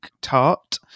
tart